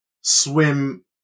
swim